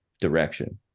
direction